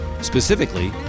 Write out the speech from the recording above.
specifically